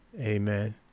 Amen